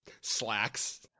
Slacks